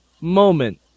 moment